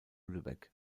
lübeck